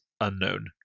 unknown